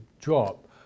drop